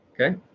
Okay